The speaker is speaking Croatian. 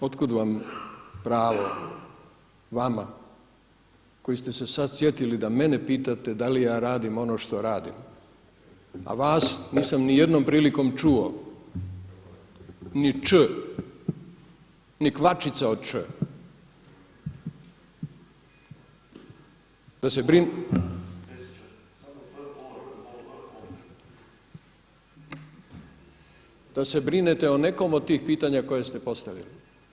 Otkud vam pravo, vama koji ste se sada sjetili da mene pitate da li ja radim ono što radim a vas nisam ni jednom prilikom čuo ni Č, ni kvačica od Č, da se brinete o nekom od tih pitanja koje ste postavili.